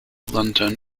london